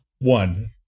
One